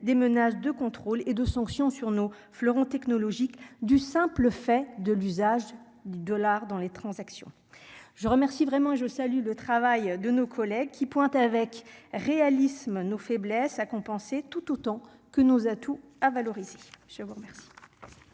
des menaces de contrôle et de sanction sur nos fleurons technologiques du simple fait de l'usage du dollar dans les transactions, je remercie vraiment je salue le travail de nos collègues qui pointe avec réalisme nos faiblesses à compenser tout autant que nos atouts à valoriser, je vous remercie.